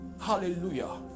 Hallelujah